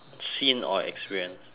seen or experienced